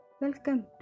Welcome